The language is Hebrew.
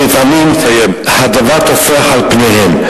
שלפעמים הדבר טופח על פניהם.